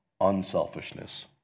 Unselfishness